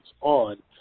on